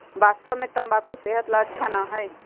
वास्तव में तंबाकू सेहत ला अच्छा ना है